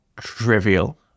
trivial